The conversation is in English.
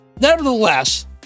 Nevertheless